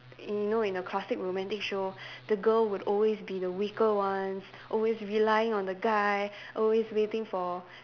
you know in a classic romantic show the girl would always be the weaker ones always relying on the guy always waiting for